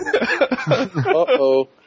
Uh-oh